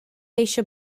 eisiau